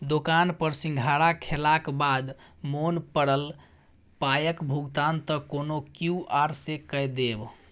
दोकान पर सिंघाड़ा खेलाक बाद मोन पड़ल पायक भुगतान त कोनो क्यु.आर सँ कए देब